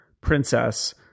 princess